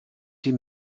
sie